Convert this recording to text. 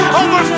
over